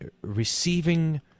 receiving